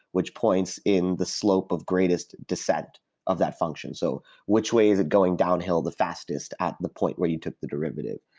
which points in the slope of greatest dissent of that function. so which way is it going downhill the fastest at the point where you took the derivative?